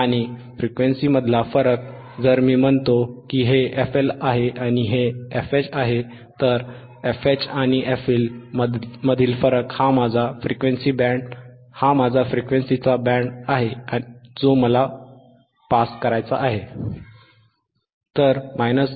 आणि फ्रिक्वेन्सीमधला फरक जर मी म्हणतो की हे fL आहे आणि हे fH आहे तर fH आणि fL मधील फरक हा माझा फ्रिक्वेन्सीचा बँड आहे जो मला पास करायचा आहे ठीक आहे